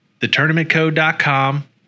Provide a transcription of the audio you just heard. thetournamentcode.com